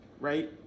Right